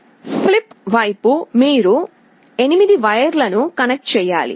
flip వైపు మీరు 8 వైర్లను కనెక్ట్ చేయాలి